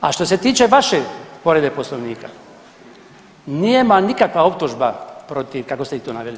A što se tiče vaše povrede Poslovnika, nije vam nikakva optužba protiv, kako ste ih tu naveli.